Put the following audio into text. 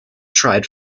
tried